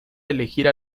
elegir